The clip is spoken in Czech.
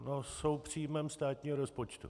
No jsou příjmem státního rozpočtu.